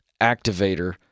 activator